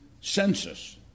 census